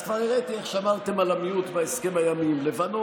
אז כבר הראיתי איך שמרתם על המיעוט בהסכם הימי עם לבנון,